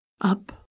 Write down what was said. up